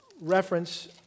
reference